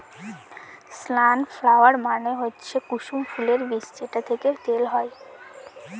সান flower মানে হচ্ছে কুসুম ফুলের বীজ যেটা থেকে তেল হয়